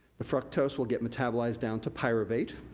the fructose will get metabolized down to pyruvate,